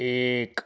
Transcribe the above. ایک